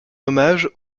hommage